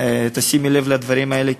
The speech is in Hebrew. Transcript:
תשימי לב לדברים האלה,